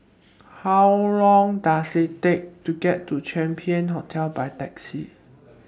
How Long Does IT Take to get to Champion Hotel By Taxi